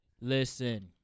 listen